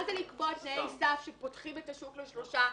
מה זה לקבוע תנאי סף שפותחים את השוק לשלוש חברות?